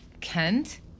Kent